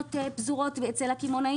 מכונות פזורות אצל הקמעונאים.